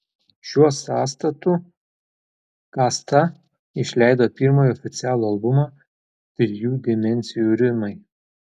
šiuo sąstatu kasta išleido pirmąjį oficialų albumą trijų dimensijų rimai